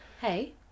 Hey